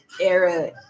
era